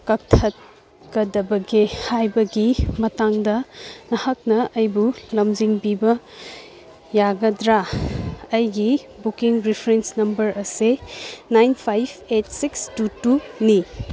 ꯀꯛꯊꯠ ꯀꯗꯕꯒꯦ ꯍꯥꯏꯕꯒꯤ ꯃꯇꯥꯡꯗ ꯅꯍꯥꯛꯅ ꯑꯩꯕꯨ ꯂꯝꯖꯤꯡꯕꯤꯕ ꯌꯥꯒꯗ꯭ꯔꯥ ꯑꯩꯒꯤ ꯕꯨꯛꯀꯤꯡ ꯔꯤꯐ꯭ꯔꯦꯟꯁ ꯅꯝꯕꯔ ꯑꯁꯦ nine five eight six two ꯇꯨꯅꯤ